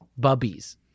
Bubbies